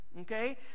okay